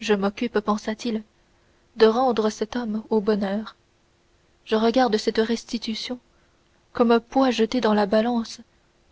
je m'occupe pensa-t-il de rendre cet homme au bonheur je regarde cette restitution comme un poids jeté dans la balance